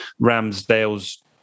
Ramsdale's